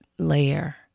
layer